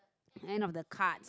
end of the cards